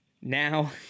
now